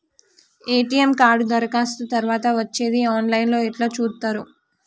ATM card దరఖాస్తు తరువాత వచ్చేది ఆన్ లైన్ లో ఎట్ల చూత్తరు?